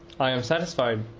i am satisfied,